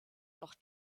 doch